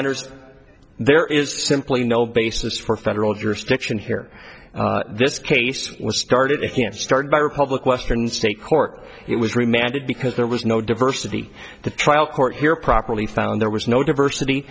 honour's there is simply no basis for federal jurisdiction here this case was started it can start by republic western state court it was remanded because there was no diversity the trial court here properly found there was no diversity